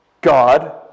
God